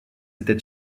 étant